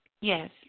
Yes